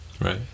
right